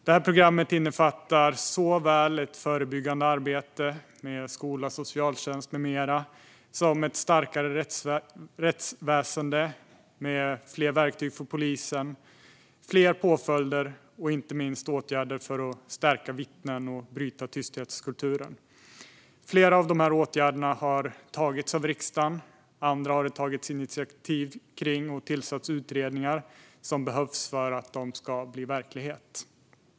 Det innefattar såväl ett förebyggande arbete med skola, socialtjänst med mera som ett starkare rättsväsen med fler verktyg för polisen, fler påföljder och inte minst åtgärder för att stärka vittnen och bryta tystnadskulturen. Flera av åtgärderna har det tagits initiativ till i riksdagen. Andra har det tillsatts utredningar för, vilket behövs för att de ska bli verklighet.